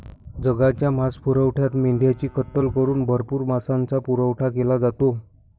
जगाच्या मांसपुरवठ्यात मेंढ्यांची कत्तल करून भरपूर मांसाचा पुरवठा केला जातो